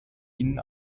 ihnen